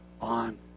on